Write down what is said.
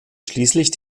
schließlich